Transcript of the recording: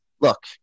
Look